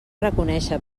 reconéixer